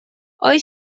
آیا